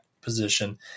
position